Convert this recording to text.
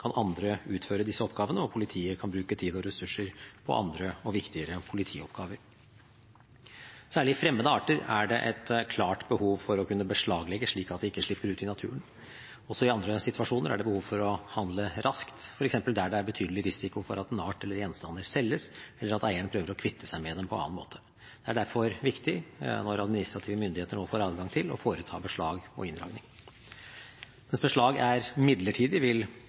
kan andre utføre disse oppgavene, og politiet kan bruke tid og ressurser på andre og viktigere politioppgaver. Særlig fremmede arter er det et klart behov for å kunne beslaglegge, slik at de ikke slipper ut i naturen. Også i andre situasjoner er det behov for å handle raskt, f.eks. der det er betydelig risiko for at en art eller gjenstander selges, eller at eieren prøver å kvitte seg med dem på annen måte. Det er derfor viktig at administrative myndigheter nå får adgang til å foreta beslag og inndragning. Mens beslag er midlertidig,